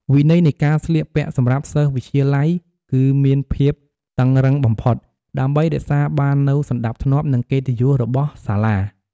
វិន័យនៃការស្លៀកពាក់សម្រាប់សិស្សវិទ្យាល័យគឺមានភាពតឹងរ៉ឹងបំផុត ដើម្បីរក្សាបាននូវសណ្តាប់ធ្នាប់ និងកិត្តិយសរបស់សាលា។